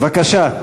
בבקשה.